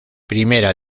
primera